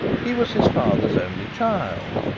he was his father's only child,